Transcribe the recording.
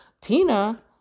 Tina